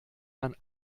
man